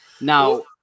Now